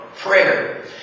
prayer